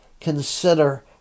consider